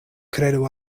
kredu